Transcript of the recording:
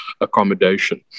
accommodation